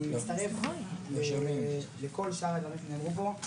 אני מצטרף לכל שאר הדברים שנאמרו פה.